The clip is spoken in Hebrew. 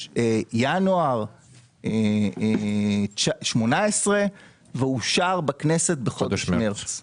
ינואר 2018 ואושר בכנסת בחודש מרץ,